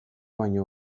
baino